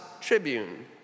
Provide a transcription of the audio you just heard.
Tribune